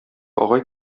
агай